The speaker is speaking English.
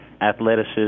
athleticism